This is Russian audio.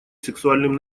сексуальным